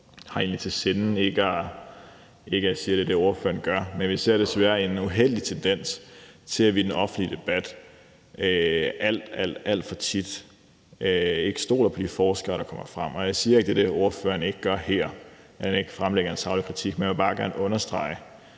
at jeg siger, at det er det ordføreren gør, men vi ser desværre en uheldig tendens til, at vi i den offentlige debat alt, alt for tit ikke stoler på de forskere, som kommer frem med noget. Og jeg siger ikke, at det er det, ordføreren ikke gør her, altså at han ikke fremlægger en saglig kritik, men jeg vil bare gerne understrege